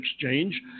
Exchange